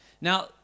Now